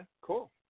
cool